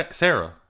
sarah